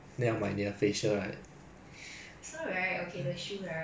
because zero dollar minimum spend right there's another additional twenty percent off